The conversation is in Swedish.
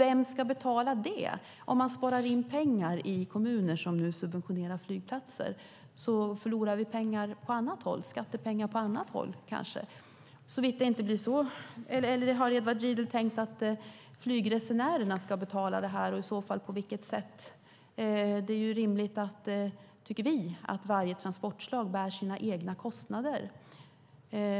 Vem ska betala den, om kommuner som nu subventionerar flygplatser ska spara pengar? Då förlorar vi skattepengar på annat håll. Har Edward Riedl tänkt att flygresenärerna ska betala? I så fall på vilket sätt? Vi tycker att det är rimligt att varje transportslag bär sina egna kostnader.